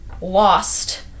lost